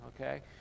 Okay